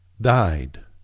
died